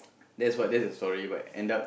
that's what that's the story but end up